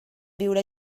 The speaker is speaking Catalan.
viure